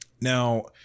Now